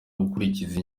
gukurikiza